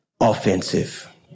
offensive